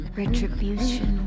retribution